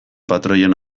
patroien